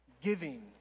Giving